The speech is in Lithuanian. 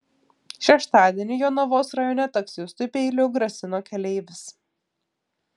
šeštadienį jonavos rajone taksistui peiliu grasino keleivis